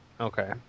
Okay